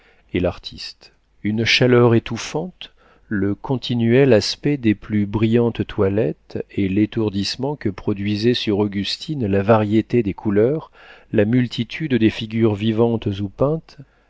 et l'artiste une chaleur étouffante le continuel aspect des plus brillantes toilettes et l'étourdissement que produisait sur augustine la vérité des couleurs la multitude des figures vivantes ou peintes